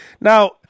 Now